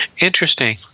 Interesting